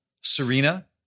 Serena